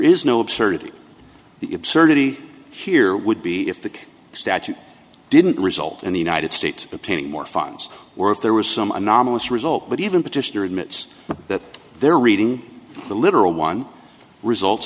is no absurdity the absurdity here would be if the statute didn't result in the united states obtaining more funds or if there was some anomalous result but even petitioner admits that they're reading the literal one results